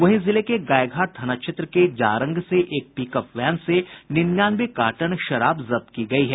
वहीं जिले के गायघाट थाना क्षेत्र के जारंग से एक पिकअप वैन से निन्यानवे कार्टन शराब जब्त की गयी है